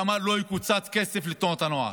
והוא אמר שלא יקוצץ כסף לתנועות הנוער: